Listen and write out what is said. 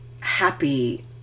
happy